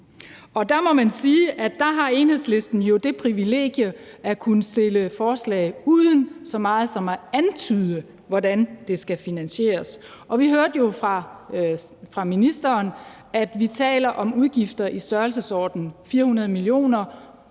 Der må man sige, at der har Enhedslisten det privilegium at kunne fremsætte forslag uden så meget som at antyde, hvordan det skal finansieres. Vi hørte jo fra ministeren, at vi taler om udgifter i størrelsesordenen 400 mio.